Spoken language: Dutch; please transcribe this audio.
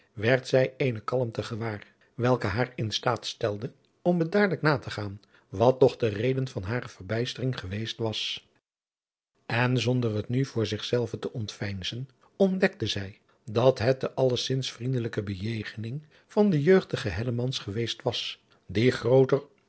werd zij eene kalmte gewaar welke haar in staat stelde om bedaardelijk na te gaan wat toch de reden van hare verbijstering geweest was en zonder het nu voor zich zelve te ontveinzen ontdekte zij dat het de allezins vriendelijke bejegening van den jeugdigen hellemans geweest was die grooter